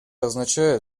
означает